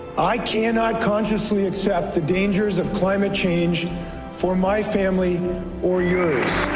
i cannot consciously accept the dangers of climate change for my family or yours.